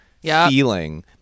feeling